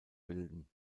bilden